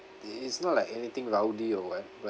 it is not like anything rowdy or what but